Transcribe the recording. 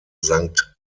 sankt